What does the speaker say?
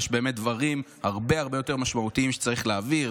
יש באמת דברים הרבה הרבה יותר משמעותיים שצריך להעביר.